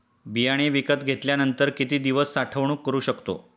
बियाणे विकत घेतल्यानंतर किती दिवस साठवणूक करू शकतो?